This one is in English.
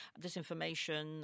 disinformation